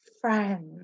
friends